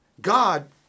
God